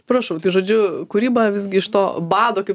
prašau tai žodžiu kūryba visgi iš to bado kaip